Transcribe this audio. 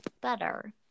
better